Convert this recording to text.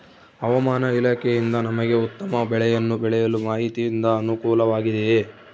ಹವಮಾನ ಇಲಾಖೆಯಿಂದ ನಮಗೆ ಉತ್ತಮ ಬೆಳೆಯನ್ನು ಬೆಳೆಯಲು ಮಾಹಿತಿಯಿಂದ ಅನುಕೂಲವಾಗಿದೆಯೆ?